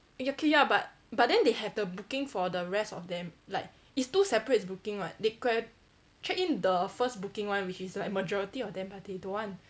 ya K ya but but then they have the booking for the rest of them like it's two separate bookings [what] they could have checked in the first booking [one] which is like majority of them but they don't want